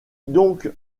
donc